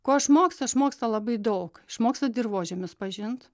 ko išmoksta išmoksta labai daug išmoksta dirvožemius pažint